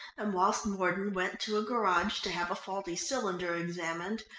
and whilst mordon went to a garage to have a faulty cylinder examined,